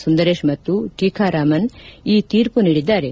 ಸುಂದರೇಶ್ ಮತ್ತು ಟೀಕಾ ರಾಮನ್ ಈ ತೀರ್ಮ ನೀಡಿದ್ದಾರೆ